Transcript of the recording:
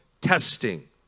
testing